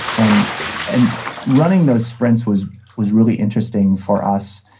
and and running those sprints was was really interesting for us,